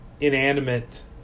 inanimate